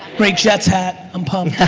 great jets hat. i'm pumped.